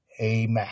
Amen